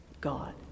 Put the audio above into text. God